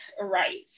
right